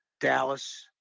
Dallas